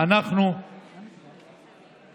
אנחנו, בסדר,